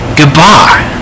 goodbye